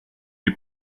les